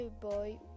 boy